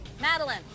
Madeline